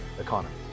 economy